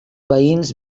veïns